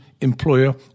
employer